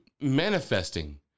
manifesting